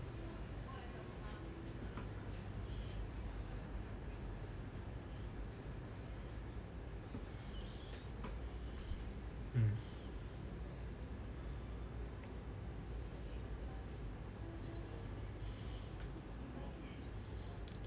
mm